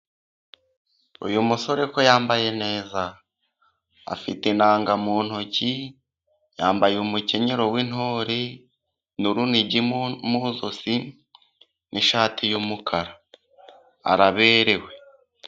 Uyu musore ko yambaye neza! Afite inanga mu ntoki yambaye umukenyero w'intore n'urunigi mu ijosi n'ishati y'umukara araberewe.